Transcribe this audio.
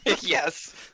Yes